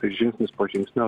žingsnis po žingsnio